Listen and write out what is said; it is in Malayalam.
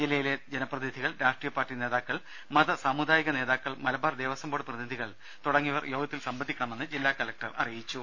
ജില്ലയിലെ ജനപ്രതിനിധികൾ രാഷ്ട്രീയ പാർട്ടി നേതാക്കൾ മത സാമുദായിക നേതാക്കൾ മലബാർ ബോർഡ് പ്രതിനിധികൾ തുടങ്ങിയവർ യോഗത്തിൽ ദേവസ്വം സംബന്ധിക്കണമെന്ന് ജില്ലാ കലക്ടർ അറിയിച്ചു